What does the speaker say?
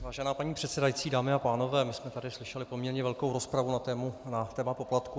Vážená paní předsedající, dámy a pánové, my jsme tady slyšeli poměrně velkou rozpravu na téma poplatků.